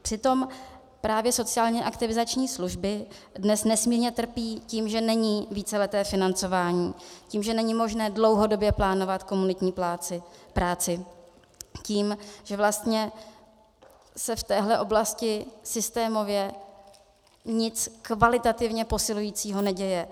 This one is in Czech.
Přitom právě sociálně aktivizační služby dnes nesmírně trpí tím, že není víceleté financování, tím, že není možné dlouhodobě plánovat komunitní práci, tím, že vlastně se v téhle oblasti systémově nic kvalitativně posilujícího neděje.